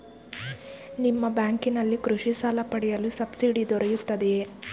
ನಿಮ್ಮ ಬ್ಯಾಂಕಿನಲ್ಲಿ ಕೃಷಿ ಸಾಲ ಪಡೆಯಲು ಸಬ್ಸಿಡಿ ದೊರೆಯುತ್ತದೆಯೇ?